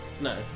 No